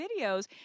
videos